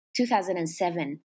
2007